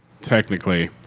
technically